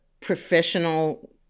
professional